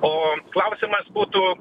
o klausimas būtų